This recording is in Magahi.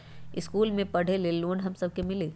इश्कुल मे पढे ले लोन हम सब के मिली?